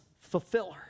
fulfiller